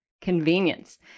convenience